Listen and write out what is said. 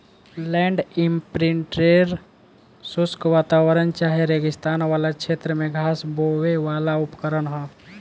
land imprinter शुष्क वातावरण चाहे रेगिस्तान वाला क्षेत्र में घास बोवेवाला उपकरण ह